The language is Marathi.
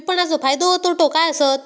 विपणाचो फायदो व तोटो काय आसत?